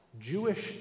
Jewish